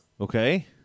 Okay